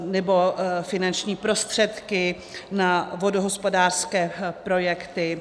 Nebo finanční prostředky na vodohospodářské projekty.